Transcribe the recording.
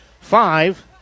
five